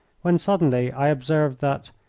when suddenly i observed that,